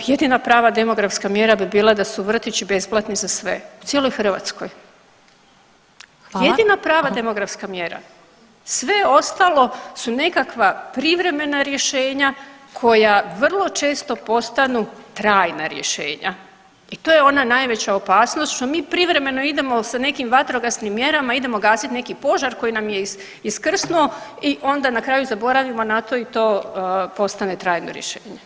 Jedina prava demografska mjera bi bila da su vrtići besplatni za sve u cijeloj Hrvatskoj, jedina prava demografska mjera, sve ostalo su nekakva privremena rješenja koja vrlo često postanu trajna rješenja i to je ona najveća opasnost što mi privremeno idemo da nekim vatrogasnim mjerama idemo gasit neki požar koji nam je iskrsnuo i onda na kraju zaboravimo na to i to postane trajno rješenje.